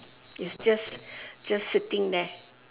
it's just just sitting there